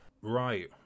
right